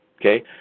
Okay